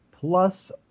plus